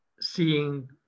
seeing